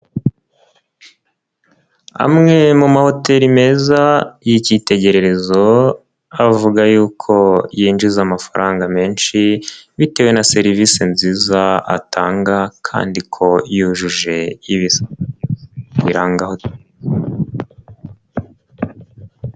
Amwe mu mahoteri meza y'ikitegererezo avuga y'uko yinjiza amafaranga menshi bitewe na serivisi nziza atanga kandi ko yujuje ibisabwa biranga hoteri.